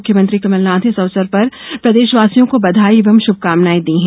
मुख्यमंत्री कमलनाथ ने इस अवसर पर प्रदेश वासियों को बधाई एवं शुभकामनाएं दी है